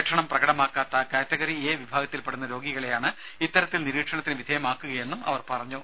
ലക്ഷണം പ്രകടമാക്കാത്ത category A വിഭാഗത്തിൽപ്പെടുന്ന രോഗികളെയാണ് ഇത്തരത്തിൽ നിരീക്ഷണത്തിന് വിധേയമാക്കുകയെന്നും അവർ പറഞ്ഞു